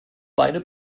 beine